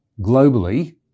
globally